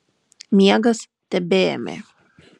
miegas tebeėmė